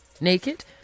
naked